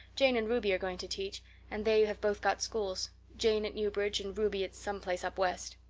jane and ruby are going to teach and they have both got schools jane at newbridge and ruby at some place up west.